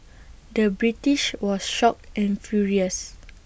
the British was shocked and furious